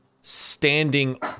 standing